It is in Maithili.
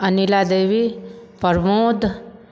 अनिला देवी प्रमोद